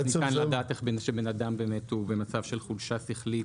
איך ניתן לדעת שבן אדם הוא במצב של חולשה שכלית,